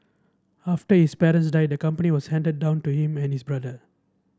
after his parents died the company was handed down to him and his brother